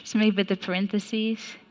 so maybe with the parentheses